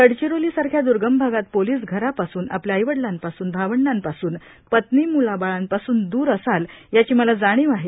गडचिरोलीसारख्या दुर्गम भागात पोलीस घरापासून आपल्या आई वडिलांपासून भावंडांपासून पत्नी म्लाबाळापासून दूर असाल याची मला जाणीव आहे